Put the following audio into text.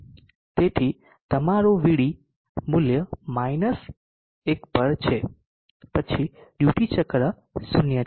તેથી તમારું Vd મૂલ્ય 1 પર છે પછી ડ્યુટી ચક્ર 0 છે